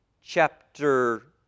chapter